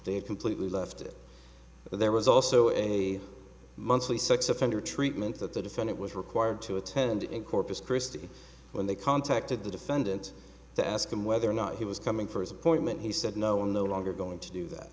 had completely left it there was also a monthly sex offender treatment that the defendant was required to attend in corpus christi when they contacted the defendant to ask him whether or not he was coming for his appointment he said no i'm no longer going to do that